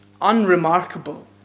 unremarkable